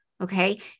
Okay